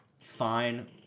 fine